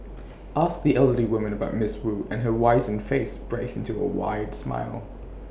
ask the elderly woman about miss wu and her wizened face breaks into A wide smile